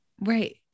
Right